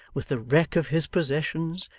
with the wreck of his possessions,